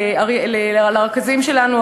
לרכזים שלנו,